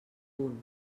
punt